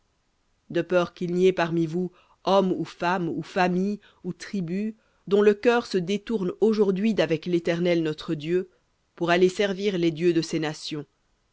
de peur qu'il n'y ait parmi vous homme ou femme ou famille ou tribu dont le cœur se détourne aujourd'hui d'avec l'éternel notre dieu pour aller servir les dieux de ces nations